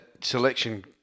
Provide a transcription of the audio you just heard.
selection